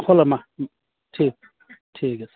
ঠিক ঠিক আছে